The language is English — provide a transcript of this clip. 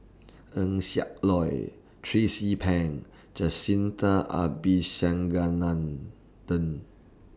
Eng Siak Loy Tracie E Pang Jacintha Abisheganaden